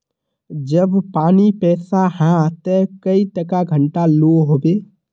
जब पानी पैसा हाँ ते कई टका घंटा लो होबे?